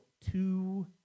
two